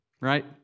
right